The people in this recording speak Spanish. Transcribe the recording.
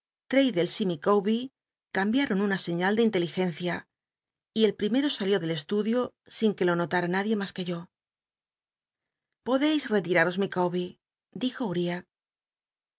y liicawbfr cambiaron una señal de inteligencia y el primero salió del estudio sin que lo not ua nadie mas que yo podeis retiraros micawber dijo uriab